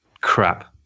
crap